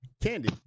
Candy